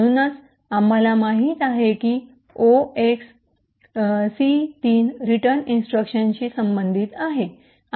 म्हणूनच आम्हाला माहित आहे की 0xC3 रिटर्न इन्स्ट्रक्शनशी संबंधित आहे